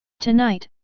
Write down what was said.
tonight,